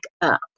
up